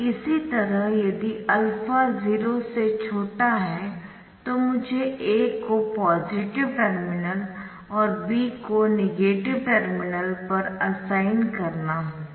अब इसी तरह यदि α 0 से छोटा है तो मुझे A को पॉजिटिव टर्मिनल और B को नेगेटिव टर्मिनल पर असाइन करना होगा